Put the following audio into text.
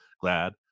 glad